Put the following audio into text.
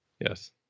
Yes